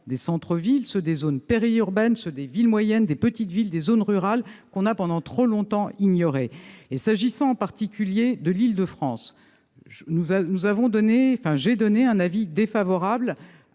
des centres-villes, des zones périurbaines, des villes moyennes, des petites villes et des zones rurales, que l'on a pendant trop longtemps ignorés. S'agissant en particulier de l'Île-de-France, j'ai émis un avis défavorable